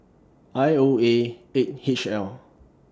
I O A eight H L